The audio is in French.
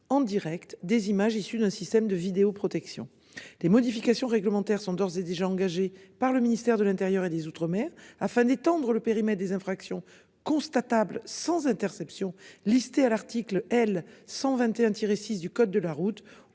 en Direct des images issues d'un système de vidéo-, protection des modifications réglementaires sont d'ores et déjà engagés par le ministère de l'Intérieur et des Outre-mer afin d'étendre le périmètre des infractions constatable sans interception listé à l'article L 121 tiré 6 du code de la route